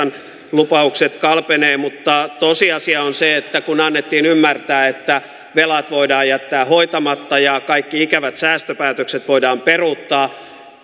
lupaukset kalpenevat mutta tosiasia on se että kun annettiin ymmärtää että velat voidaan jättää hoitamatta ja kaikki ikävät säästöpäätökset voidaan peruuttaa